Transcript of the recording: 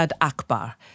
Akbar